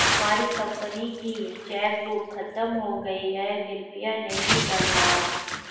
हमारी कंपनी की चेकबुक खत्म हो गई है, कृपया नई बनवाओ